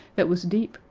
that was deep,